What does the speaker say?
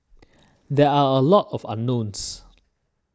there are a lot of unknowns